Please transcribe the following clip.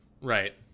right